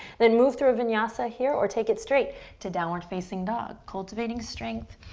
then move through a vinyasa here or take it straight to downward facing dog, cultivating strength,